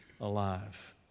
alive